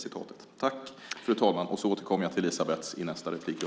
Jag återkommer till Elisabeths frågor i nästa inlägg.